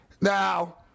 Now